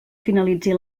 finalitzi